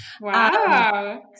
Wow